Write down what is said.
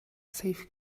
safe